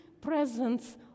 presence